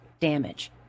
damage